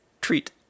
treat